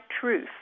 truth